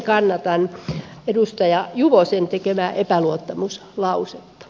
kannatan edustaja juvosen tekemään epäluottamuslausetta